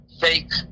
fake